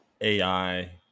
ai